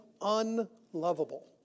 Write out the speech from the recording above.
unlovable